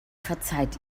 verzeiht